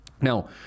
Now